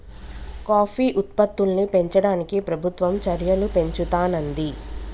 coffee ఉత్పత్తుల్ని పెంచడానికి ప్రభుత్వం చెర్యలు పెంచుతానంది